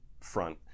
front